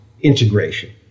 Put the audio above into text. integration